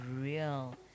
real